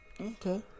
Okay